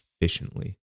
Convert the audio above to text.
efficiently